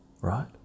right